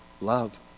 love